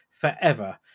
forever